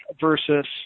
versus